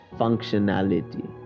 functionality